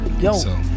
Yo